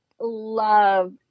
love